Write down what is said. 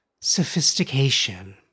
sophistication